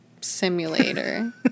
simulator